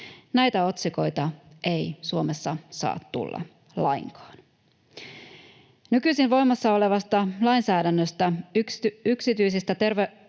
Näitä otsikoita ei Suomessa saa tulla lainkaan. Nykyisin voimassa olevassa lainsäädännössä yksityistä terveydenhuoltoa